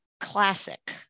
classic